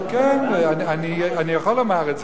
אני יכול לומר את זה,